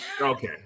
Okay